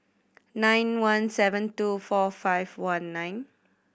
nine one seven two four five one nine